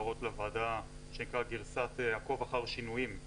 להראות לוועדה גרסת עקוב אחר שינויים,